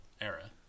era